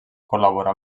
col·laborà